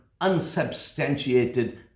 unsubstantiated